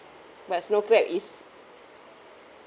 but snow crab is